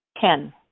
Ten